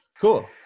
Cool